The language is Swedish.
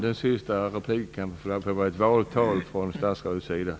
Fru talman! Statsrådets senaste replik kanske var ett valtal.